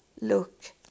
look